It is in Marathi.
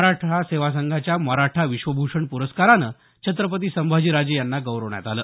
मराठा सेवा संघाच्या मराठा विश्वभूषण प्रस्कारानं छत्रपती संभाजीराजे यांना गौरवण्यात आलं